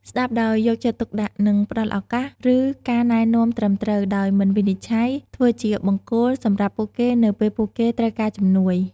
ស្ដាប់ដោយយកចិត្តទុកដាក់ និងផ្ដល់យោបល់ ឬការណែនាំត្រឹមត្រូវ ដោយមិនវិនិច្ឆ័យ ធ្វើជាបង្គោលសម្រាប់ពួកគេនៅពេលពួកគេត្រូវការជំនួយ ។